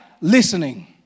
listening